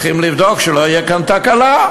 צריכים לבדוק, שלא תהיה כאן תקלה.